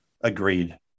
agreed